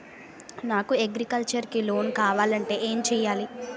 నాకు అగ్రికల్చర్ కి లోన్ కావాలంటే ఏం చేయాలి?